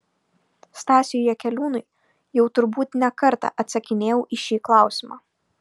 stasiui jakeliūnui jau turbūt ne kartą atsakinėjau į šį klausimą